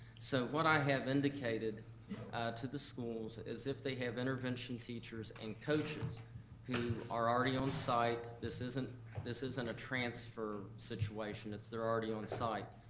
so what i have indicated to the schools is, if they have intervention teachers and coaches who are already on site, this isn't this isn't a transfer situation, they're already on site.